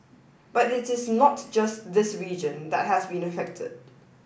but it is not just this region that has been affected